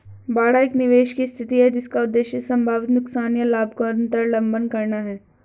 बाड़ा एक निवेश की स्थिति है जिसका उद्देश्य संभावित नुकसान या लाभ को अन्तर्लम्ब करना है